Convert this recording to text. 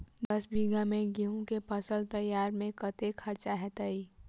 दस बीघा मे गेंहूँ केँ फसल तैयार मे कतेक खर्चा हेतइ?